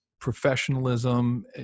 professionalism